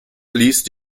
fließt